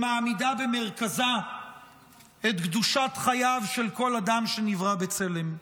שמעמידות במרכזן את קדושת חייו של כל אדם שנברא בצלם.